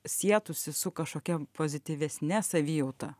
sietųsi su kažkokia pozityvesne savijauta